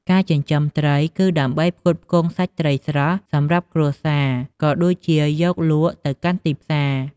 ការចិញ្ចឹមត្រីគឺដើម្បីផ្គត់ផ្គង់សាច់ត្រីស្រស់សម្រាប់គ្រួសារ ក៏ដូចជាយកលក់ទៅកាន់ទីផ្សារ។